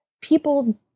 people